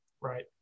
Right